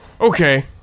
Okay